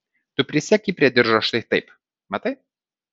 tu prisisek jį prie diržo štai taip matai